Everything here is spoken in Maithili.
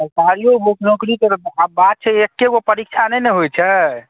नौकरीके आब बात छै एकैगो परीक्षा नहि ने होइत छै